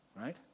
right